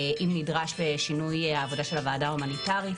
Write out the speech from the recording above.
אם נדרש שינוי של העבודה של הוועדה ההומניטארית